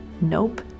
Nope